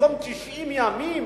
במקום 90 ימים,